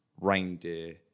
reindeer